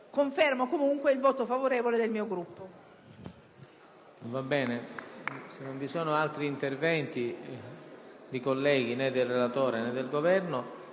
Confermo comunque il voto favorevole del mio Gruppo.